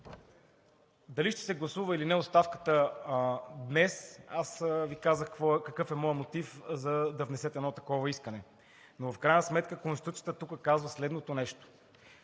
дали ще се гласува или не оставката днес, аз Ви казах какъв е моят мотив, за да внесете едно такова искане. В крайна сметка Конституцията тук казва следното нещо: